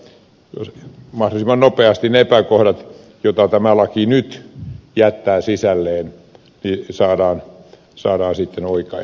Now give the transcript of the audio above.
toivon että mahdollisimman nopeasti ne epäkohdat joita tämä laki nyt jättää sisälleen saadaan oikaistua